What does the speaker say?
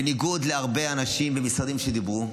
בניגוד להרבה אנשים ומשרדים שדיברו,